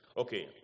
Okay